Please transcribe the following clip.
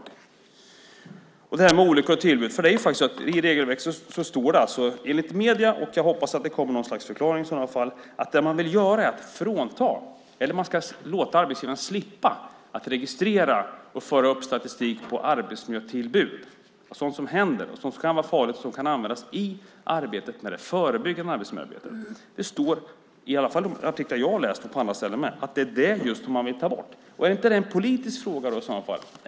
Sedan är det frågan om olyckor och tillbud och vad som står i regelverket. Enligt medierna - jag hoppas att det kommer någon förklaring - vill man låta arbetsgivarna slippa registrera och föra statistik på arbetsmiljötillbud, sådant som händer och som kan vara farligt och som kan användas i arbetet med det förebyggande arbetsmiljöarbetet. Det står, i alla fall i artiklar som jag har läst och på andra ställen, att det är just det man vill ta bort. Är inte det en politisk fråga i så fall?